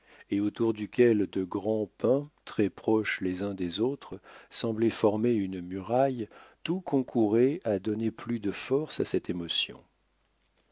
et autour duquel de grands pins très proches les uns des autres semblaient former une muraille tout concourait à donner plus de force à cette émotion